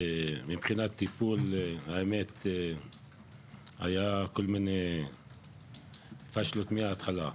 מבחינת טיפול האמת שהיו כול מיני "פאשלות" מהתחלה.